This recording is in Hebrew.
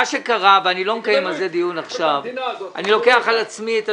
אני לא זוכר 15%